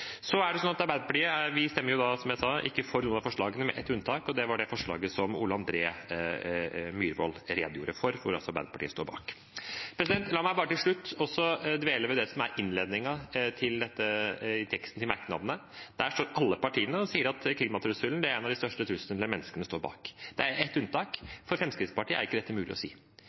Arbeiderpartiet stemmer, som jeg sa, ikke for noen av forslagene, med ett unntak, og det er det forslaget som representanten Ole André Myhrvold redegjorde for, og som altså Arbeiderpartiet står bak. La meg bare til slutt dvele ved det som er innledningen til teksten i merknadene. Der står alle partiene og sier at klimatrusselen er en av de største truslene menneskene står bak, med ett unntak: For Fremskrittspartiet er ikke dette mulig å si.